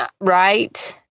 Right